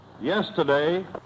Yesterday